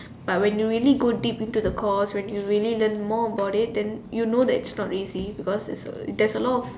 but when you really go deep into the course when you really learn more about it then you know that it's not easy because there's uh there's a lot of